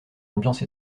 ambiance